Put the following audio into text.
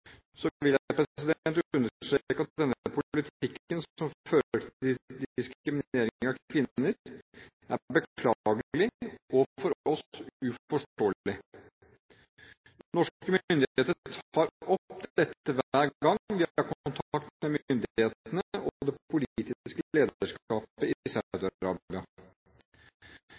vil jeg understreke at denne politikken som fører til diskriminering av kvinner, er beklagelig og for oss uforståelig. Norske myndigheter tar opp dette hver gang vi har kontakt med myndighetene og det politiske